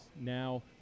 now